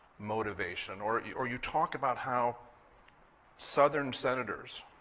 motivation. or you or you talk about how southern senators